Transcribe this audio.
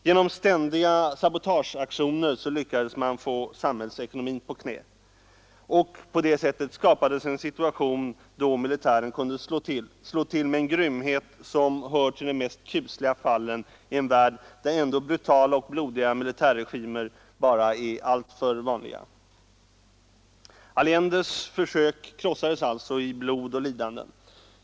Genom ständiga sabotageaktioner lyckades man få samhällsekonomin på knä, och därigenom skapades en situation där militären kunde slå till med en grymhet som hör till de mest kusliga fallen i en värld där ändå brutala och blodiga militärregimer bara är alltför vanliga. Allendes försök krossades i blod och lidanden.